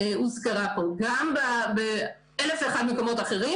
שהוזכר פה, גם באלף ואחד מקומות אחרים